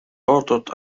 ordered